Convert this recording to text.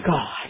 God